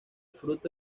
fruto